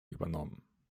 übernommen